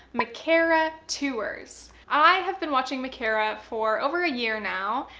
micarah tewers. i have been watching micarah for over a year now,